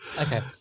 okay